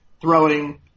throwing